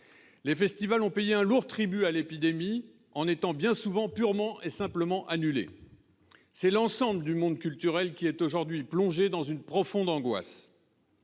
Les festivals ont payé un lourd tribut à l'épidémie, en étant bien souvent purement et simplement annulés. C'est l'ensemble du monde culturel qui est aujourd'hui plongé dans une profonde angoisse.